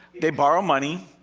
they borrow money.